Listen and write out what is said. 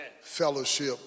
fellowship